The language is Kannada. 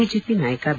ಬಿಜೆಪಿ ನಾಯಕ ಬಿ